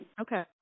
Okay